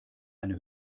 eine